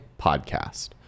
podcast